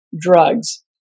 drugs